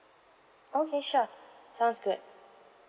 okay sure sounds good